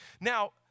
Now